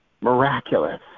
miraculous